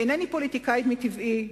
איני פוליטיקאית מטבעי,